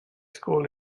school